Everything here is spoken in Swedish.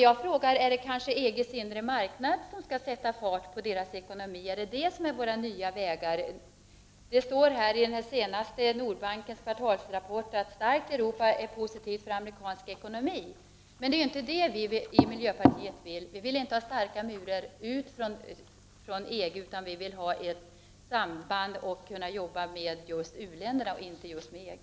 Jag undrar om det är EG:s inre marknad som skall sätta fart på deras ekonomi. Är det det, som är vår nya väg? I Nordbankens senaste kvartalsrapport står det att ett starkt Europa är positivt för amerikansk ekonomi. Det är dock inte detta vi i miljöpartiet vill. Vi vill inte ha starka murar kring EG. Vi vill kunna arbeta med u-länderna och inte med EG.